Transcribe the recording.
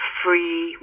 free